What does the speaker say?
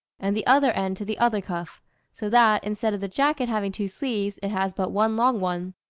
and the other end to the other cuff so that, instead of the jacket having two sleeves, it has but one long one.